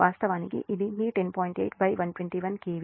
8 121 K we